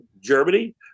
Germany